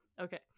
Okay